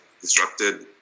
disrupted